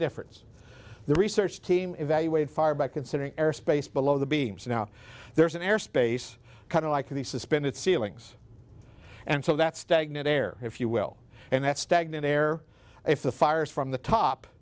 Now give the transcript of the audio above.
difference the research team evaluated fired by considering air space below the beams and now there's an air space kind of like the suspended ceilings and so that stagnant air if you will and that stagnant air if the fires from the top